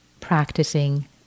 practicing